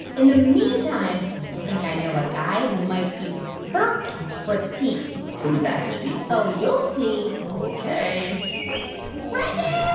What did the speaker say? in the meantime, i think i know a guy who might be perfect for the team who's that, mindy? oh, you'll see ok reggie